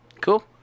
Cool